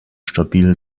stabil